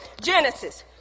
Genesis